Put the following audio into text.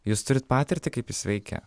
jūs turit patirtį kaip jis veikia